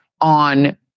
on